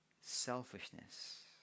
selfishness